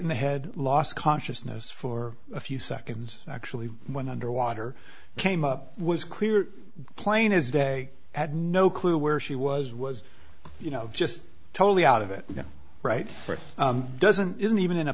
in the head lost consciousness for a few seconds actually went underwater came up was clear plain as day had no clue where she was was you know just totally out of it you know right or it doesn't isn't even in a